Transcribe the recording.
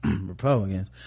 republicans